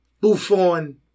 Buffon